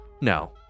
no